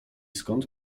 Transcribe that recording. skąd